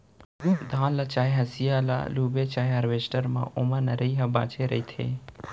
धान ल चाहे हसिया ल लूबे चाहे हारवेस्टर म ओमा नरई ह बाचे रहिथे